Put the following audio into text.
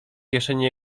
kieszeni